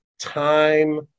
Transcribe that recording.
Time